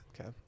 okay